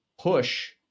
push